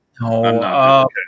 no